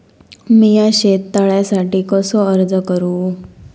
मीया शेत तळ्यासाठी कसो अर्ज करू?